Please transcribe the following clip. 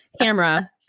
camera